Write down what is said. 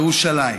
ירושלים.